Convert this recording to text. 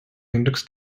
index